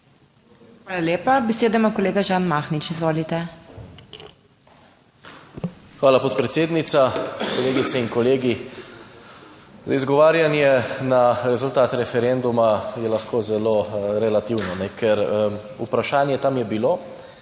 Hvala lepa. Besedo ima kolega Žan Mahnič, izvolite. **ŽAN MAHNIČ (PS SDS):** Hvala podpredsednica, kolegice in kolegi. Zdaj, izgovarjanje na rezultat referenduma je lahko zelo relativno, ker vprašanje tam je bilo,